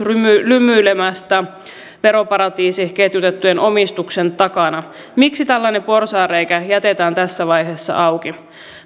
lymyilemästä veroparatiisiketjutettujen omistusten takana miksi tällainen porsaanreikä jätetään tässä vaiheessa auki